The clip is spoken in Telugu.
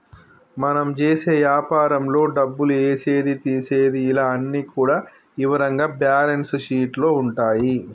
మనం చేసే యాపారంలో డబ్బులు ఏసేది తీసేది ఇలా అన్ని కూడా ఇవరంగా బ్యేలన్స్ షీట్ లో ఉంటాయి